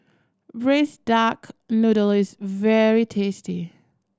Braised Duck Noodle is very tasty